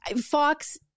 Fox